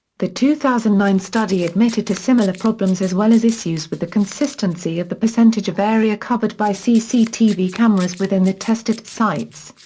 the two thousand and nine study admitted to similar problems as well as issues with the consistency of the percentage of area covered by cctv cameras within the tested sites.